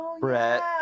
Brett